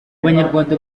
banyarwanda